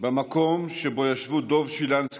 במקום שבו ישבו דב שילנסקי,